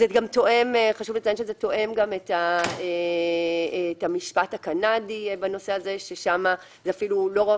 חשוב לציין שזה גם תואם את המשפט הקנדי בנושא הזה ששם זה לא רק